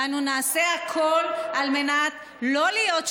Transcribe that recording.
ואנו נעשה הכול על מנת שלא להיות שאננים,